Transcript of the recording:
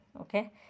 Okay